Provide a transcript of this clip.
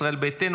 ישראל ביתנו,